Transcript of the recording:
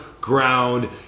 ground